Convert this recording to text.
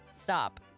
Stop